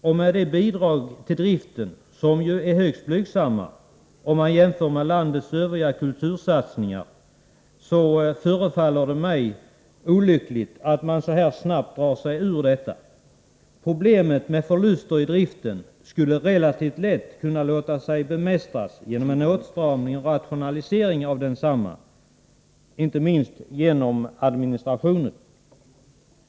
Med tanke på att bidragen till driften är högst blygsamma, om man jämför med landets övriga kultursatsningar, förefaller det mig olyckligt att man så här snabbt drar sig ur sitt engagemang. Problemet med förluster i driften skulle relativt lätt kunna låta sig bemästras genom en åtstramning och rationalisering av densamma, inte minst inom administrationen.